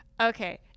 Okay